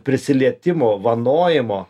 prisilietimo vanojimo